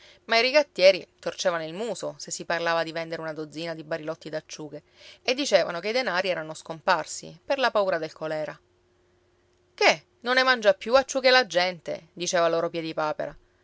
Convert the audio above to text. i rigattieri torcevano il muso se si parlava di vendere una dozzina di barilotti d'acciughe e dicevano che i denari erano scomparsi per la paura del colèra che non ne mangia più acciughe la gente diceva loro